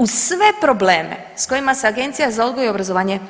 Uz sve probleme s kojima se Agencija za odgoj i obrazovanje